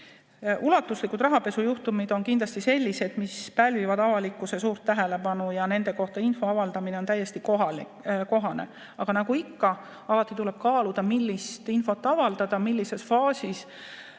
Ulatuslikud rahapesujuhtumid kindlasti pälvivad avalikkuse suurt tähelepanu ja nende kohta info avaldamine on täiesti kohane. Aga nagu ikka, alati tuleb kaaluda, millist infot avaldada, millises faasis